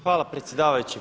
Hvala predsjedavajući.